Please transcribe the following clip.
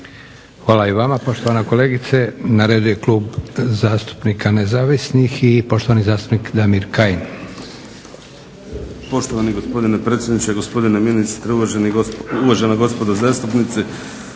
Hvala i vama poštovana kolegice. Na redu je Klub zastupnika nezavisnih i poštovani zastupnik Damir Kajin.